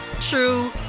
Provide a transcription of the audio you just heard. true